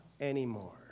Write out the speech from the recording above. anymore